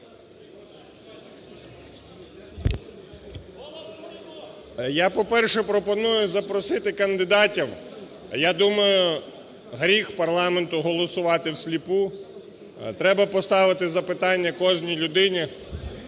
Я, по-перше, пропоную запросити кандидатів. Я думаю, гріх парламенту голосувати всліпу. Треба поставити запитання кожній людині,